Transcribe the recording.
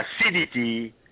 Acidity